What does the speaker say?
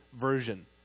version